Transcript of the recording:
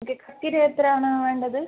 കക്കിരി എത്രയാണ് വേണ്ടത്